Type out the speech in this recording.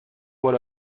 por